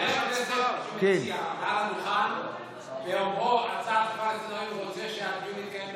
ההצעה לסדר-היום רוצה שהדיון יתקיים במליאה.